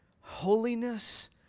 holiness